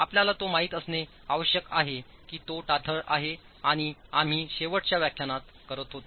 आपल्यालातोमाहित असणे आवश्यक आहे कीतोताठर आहेआणि हे आम्ही शेवटच्या व्याख्यानात करत होतो